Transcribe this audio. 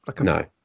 No